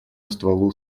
стволу